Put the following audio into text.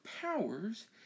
powers